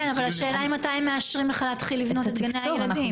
השאלה מתי מאשרים בכלל להתחיל לבנות את גני הילדים.